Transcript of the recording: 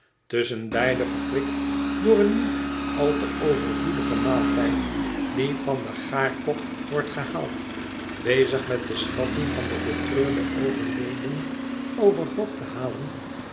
tusschenbeide verkwikt door een niet al te overvloedigen maaltijd die van den gaarkok wordt gehaald bezig met de schatten van den betreurden overledene overhoop te halen